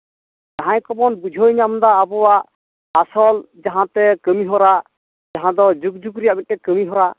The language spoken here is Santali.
ᱡᱟᱦᱟᱸᱭ ᱠᱚᱵᱚᱱ ᱵᱩᱡᱷᱟᱹᱣ ᱧᱟᱢᱫᱟ ᱟᱵᱚᱣᱟᱜ ᱟᱥᱚᱞ ᱡᱟᱦᱟᱸᱛᱮ ᱠᱟᱹᱢᱤᱦᱚᱨᱟ ᱡᱟᱦᱟᱸ ᱫᱚ ᱡᱩᱜᱽᱼᱡᱩᱜᱽ ᱨᱮᱭᱟᱜ ᱢᱮᱫᱴᱮᱱ ᱠᱟᱹᱢᱤᱦᱚᱨᱟ